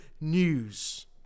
news